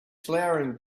flowering